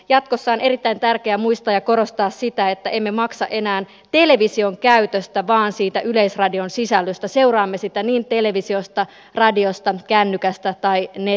jatkossa on erittäin tärkeää muistaa ja korostaa sitä että emme maksa enää television käytöstä vaan siitä yleisradion sisällöstä seuraamme sitä sitten televisiosta radiosta kännykästä tai netistä